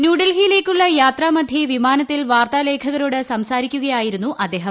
ന്യൂഡൽഹിയിലേയ്ക്കുള്ള യാത്രാമധ്യേ വിമാനത്തിൽ വാർത്താ ലേഖകരോട് സംസാരിക്കുകയായിരുന്നു അദ്ദേഹം